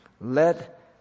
let